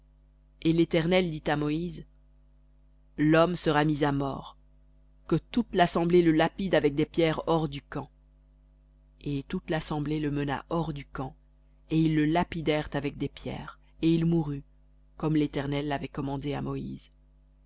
et l'éternel dit à moïse l'homme sera mis à mort que toute l'assemblée le lapide avec des pierres hors du camp et toute l'assemblée le mena hors du camp et ils le lapidèrent avec des pierres et il mourut comme l'éternel l'avait commandé à moïse